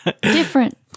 Different